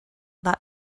that